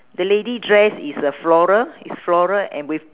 the lady dress is uh floral is floral and with